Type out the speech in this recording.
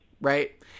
right